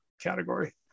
category